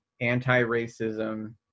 anti-racism